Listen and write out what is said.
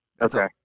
Okay